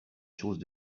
choses